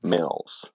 Mills